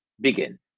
begin